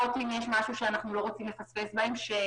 אם יש משהו שאנחנו לא רוצים לפספס בהמשך,